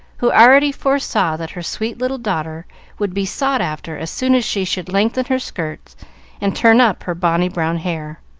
who already foresaw that her sweet little daughter would be sought after as soon as she should lengthen her skirts and turn up her bonny brown hair.